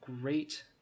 great